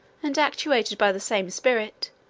and actuated by the same spirit,